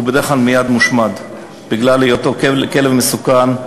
הוא בדרך כלל מייד מושמד, בגלל היותו כלב מסוכן,